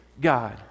God